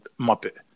Muppet